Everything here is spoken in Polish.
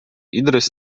idrys